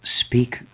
speak